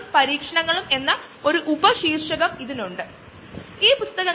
കാരണം കോണിൽ വേറെ പല സാധനകൾ കൂടി ഉണ്ട് അതിൽ എത്തനോൾ ഇല്ല